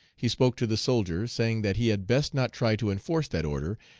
he spoke to the soldier, saying that he had best not try to enforce that order,